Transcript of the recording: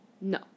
No